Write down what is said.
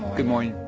good morning